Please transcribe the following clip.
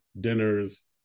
Dinners